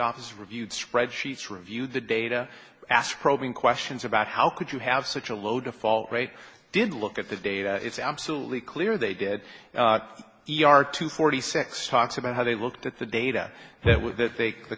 office reviewed spreadsheets review the data asked probing questions about how could you have such a low default rate did look at the data it's absolutely clear they did yard to forty six talks about how they looked at the data that with that they